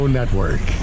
Network